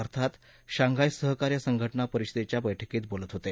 अर्थात शांघाय सहकार्य संघटना परिषदेच्या बैठकीत बोलत होते